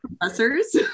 professors